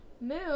Moon